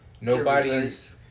Nobody's